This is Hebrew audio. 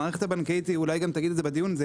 המערכת הבנקאית אולי תגיד את זה גם בדיון - זה